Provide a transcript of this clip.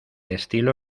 estilo